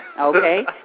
okay